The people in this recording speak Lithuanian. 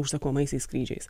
užsakomaisiais skrydžiais